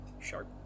sharp